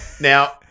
Now